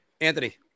Anthony